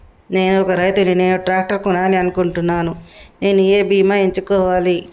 నేను ఒక రైతు ని నేను ట్రాక్టర్ కొనాలి అనుకుంటున్నాను నేను ఏ బీమా ఎంచుకోవాలి?